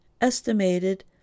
estimated